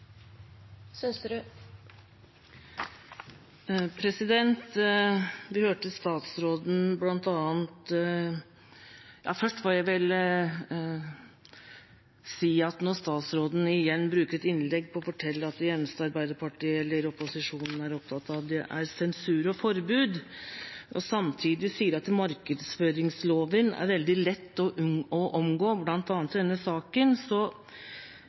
Først må jeg si at når statsråden igjen bruker et innlegg på å fortelle at det eneste Arbeiderpartiet eller opposisjonen er opptatt av, er sensur og forbud, og samtidig sier at markedsføringsloven er veldig lett å omgå, bl.a. i denne saken,